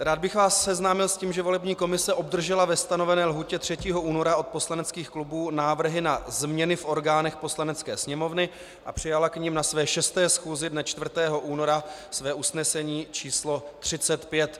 Rád bych vás seznámil s tím, že volební komise obdržela ve stanovené lhůtě 3. února od poslaneckých klubů návrhy na změny v orgánech Poslanecké sněmovny a přijala k nim na své 6. schůzi dne 4. února své usnesení číslo 35.